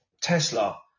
Tesla